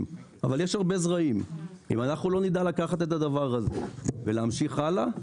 אבל יש הרבה זרעים - אם לא נדע לקחת את הדבר הזה ולהמשיך הלאה,